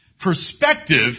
perspective